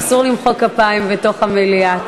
אסור למחוא כפיים בתוך המליאה.